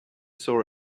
saw